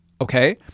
Okay